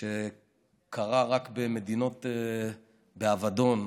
שקרה רק במדינות באבדון,